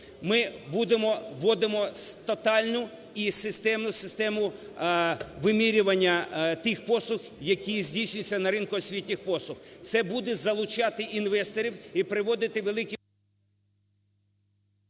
ринку ми вводимо тотальну і системну систему вимірювання тих послуг, які здійснюються на ринку освітніх послуг. Це буде залучати інвесторів і приводити великі…